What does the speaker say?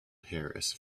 harris